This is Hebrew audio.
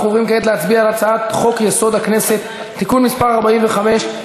אנחנו עוברים כעת להצביע על הצעת חוק-יסוד: הכנסת (תיקון מס' 45),